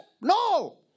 No